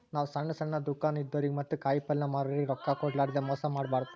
ನಾವ್ ಸಣ್ಣ್ ಸಣ್ಣ್ ದುಕಾನ್ ಇದ್ದೋರಿಗ ಮತ್ತ್ ಕಾಯಿಪಲ್ಯ ಮಾರೋರಿಗ್ ರೊಕ್ಕ ಕೋಡ್ಲಾರ್ದೆ ಮೋಸ್ ಮಾಡಬಾರ್ದ್